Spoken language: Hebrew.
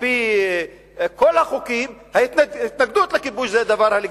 על-פי כל החוקים ההתנגדות לכיבוש זה הדבר הלגיטימי.